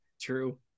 true